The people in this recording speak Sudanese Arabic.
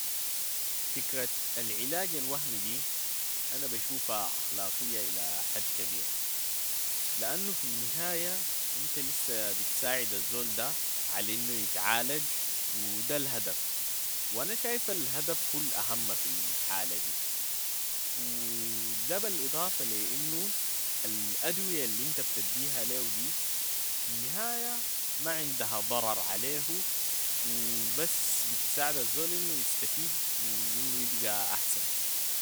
فكرة العلاج الوهمي دي انا بشوفها اخلاقية الى حد كبير، لانو في النهاية انت لسه بتساعد الزول ده على انو يتعالج و ده الهدف و انا شايف الهدف هو الاهم في الحالة دي و ده بلاضافة لانو الادوية الانت بتديها ليه دي في النهاية ما عندها ضرر عليه و بس بتساعد الزول انو يستفيد و انو يبقى احسن.